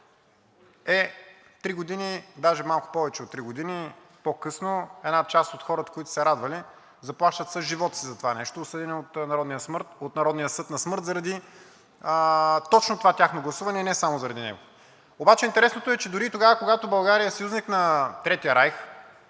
три години, даже малко повече от три години по-късно една част от хората, които са се радвали, заплащат с живота си за това нещо, осъдени от Народния съд на смърт заради точно това тяхно гласуване, и не само заради него. Обаче интересното е, че дори когато България е съюзник на Третия райх,